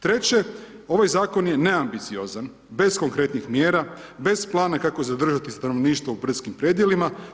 Treće, ovaj zakon je neambiciozan, bez konkretnih mjera, bez plana kako zadržati stanovništvo u brdskim predjelima.